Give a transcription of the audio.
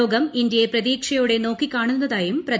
ലോകം ഇന്ത്യയെ പ്രതീക്ഷയോടെ നോക്കിക്കാണുന്നതായും പ്രധാനമന്ത്രി